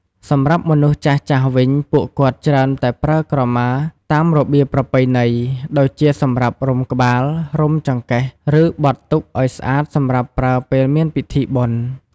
សម្រាប់មនុស្សចាស់ៗវិញ ពួកគាត់ច្រើនតែប្រើក្រមាតាមរបៀបប្រពៃណី ដូចជាសម្រាប់រុំក្បាល រុំចង្កេះ ឬ បត់ទុកឱ្យស្អាតសម្រាប់ប្រើពេលមានពីធីបុណ្យ។